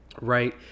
right